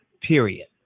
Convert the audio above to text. period